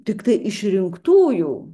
tiktai išrinktųjų